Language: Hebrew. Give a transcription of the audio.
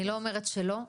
אני לא אומרת שלא.